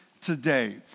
today